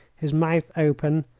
his mouth open,